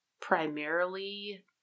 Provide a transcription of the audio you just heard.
primarily